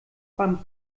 beim